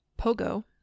Pogo